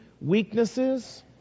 weaknesses